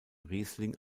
riesling